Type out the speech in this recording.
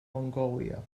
mongolia